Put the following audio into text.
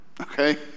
Okay